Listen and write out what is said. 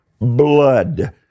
blood